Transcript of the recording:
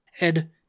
Ed